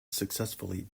successively